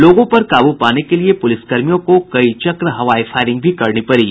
लोगों पर काबू पाने के लिए पुलिसकर्मियों को कई चक्र हवाई फायरिंग भी करनी पड़ी